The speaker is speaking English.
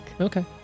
Okay